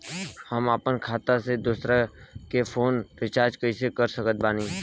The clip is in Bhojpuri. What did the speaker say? हम अपना खाता से दोसरा कोई के फोन रीचार्ज कइसे कर सकत बानी?